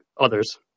others